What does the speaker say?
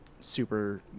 super